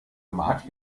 mat